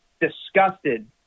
Disgusted